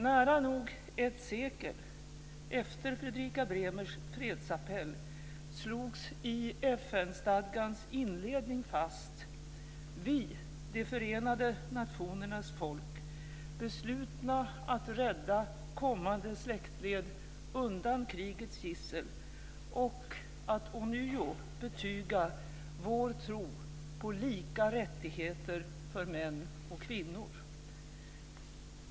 Nära nog ett sekel efter Fredrika Bremers fredsappell slogs i FN-stadgans inledning fast följande: "Vi, de förenade nationernas folk, beslutna att rädda kommande släktled undan krigets gissel -" och "att ånyo betyga vår tro - på lika rättigheter för män och kvinnor -."